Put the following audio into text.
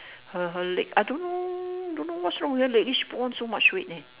her her leg I don't know don't know what's wrong with her leg she put on so much weight eh